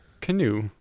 Canoe